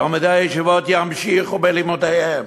תלמידי הישיבות ימשיכו בלימודיהם,